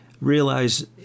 realize